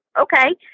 okay